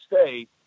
State